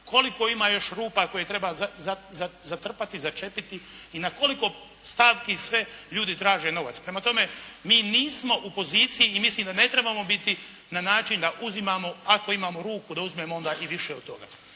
koliko ima još rupa koje treba zatrpati, začepiti. I na koliko stavki sve ljudi traže novac. Prema tome, mi nismo u poziciji i mislim da ne trebamo biti na način da uzimamo ako imamo ruku da uzmemo onda i više od toga.